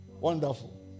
Wonderful